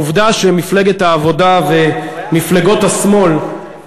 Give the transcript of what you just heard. העובדה שמפלגת העבודה ומפלגות השמאל